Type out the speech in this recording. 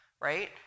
Right